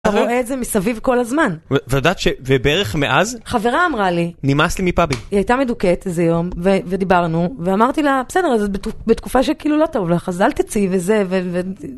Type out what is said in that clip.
רואה את זה מסביב כל הזמן. וידעת שבערך מאז? חברה אמרה לי. נמאס לי מפאבי. היא הייתה מדוכאת, איזה יום, ודיברנו, ואמרתי לה, בסדר, זה בתקופה שכאילו לא טוב לך, אז אל תצאי וזה, ו...